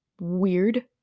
weird